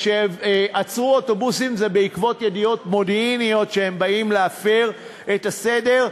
וכשעצרו אוטובוסים זה בעקבות ידיעות מודיעיניות שהם באים להפר את הסדר.